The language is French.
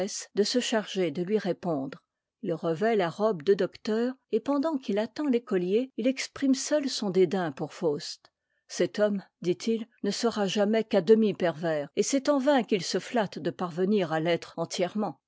de se charger de lui répondre tt revêt la robe de docteur et pendant qu'il attend l'écolier il exprime seul son dédain pour faust cet homme dit-il ne sera jamais qu'à demi pervers et c'est t en vain qu'il se flatte de parvenir à l'être entiè